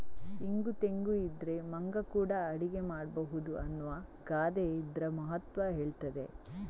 ಇಂಗು ತೆಂಗು ಇದ್ರೆ ಮಂಗ ಕೂಡಾ ಅಡಿಗೆ ಮಾಡ್ಬಹುದು ಅನ್ನುವ ಗಾದೆ ಇದ್ರ ಮಹತ್ವ ಹೇಳ್ತದೆ